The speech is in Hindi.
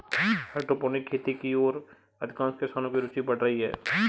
हाइड्रोपोनिक खेती की ओर अधिकांश किसानों की रूचि बढ़ रही है